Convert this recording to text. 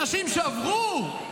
אנשים שעברו,